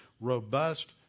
robust